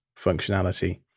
functionality